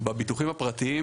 בביטוחים הפרטיים,